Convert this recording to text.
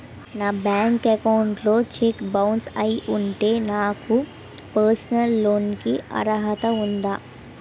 నా bank account లో cheque bounce అయ్యి ఉంటే నాకు పర్సనల్ లోన్ కీ అర్హత ఉందా?